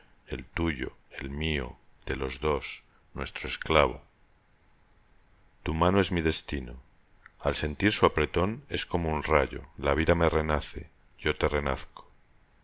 el tuyo el mío de los dos nuestro esclavo tu mano es mi destino al sentir su apretón es como un rayo la vida me renace yo te renazco